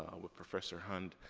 with professor hunt.